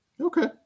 Okay